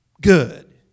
good